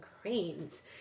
cranes